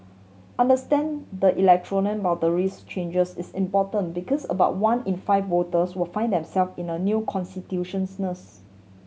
understand the electoral boundaries changes is important because about one in five voters will find themself in a new